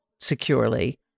securely